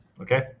okay